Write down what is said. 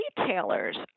retailers